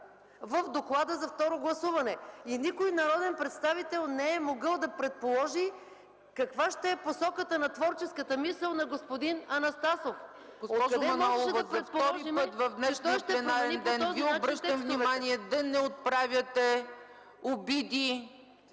в доклада за второ гласуване. И никой народен представител не е могъл да предположи каква ще е посоката на творческата мисъл на господин Анастасов. Откъде можеше да предположим, че той ще промени по този начин текстовете. ПРЕДСЕДАТЕЛ ЦЕЦКА ЦАЧЕВА: Госпожо